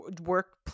work